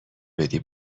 بدی